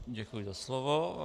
Děkuji za slovo.